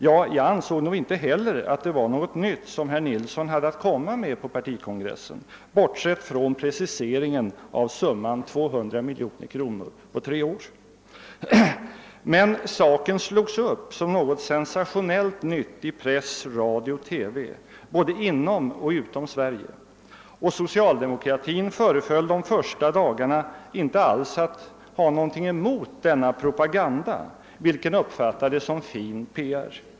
Ja, jag ansåg nog inte heller att det var något nytt som herr Nilsson hade att komma med på partikongressen, bortsett från preciseringen av summan 200 miljoner kronor. Men saken slogs upp som något sensationellt nytt i press, radio och TV både inom och utom Sverige, och socialdemokraterna föreföll de första dagarna inte alls ha något emot denna propaganda, vilket uppfattades som fin PR.